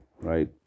right